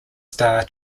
star